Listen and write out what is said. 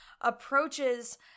approaches